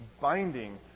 binding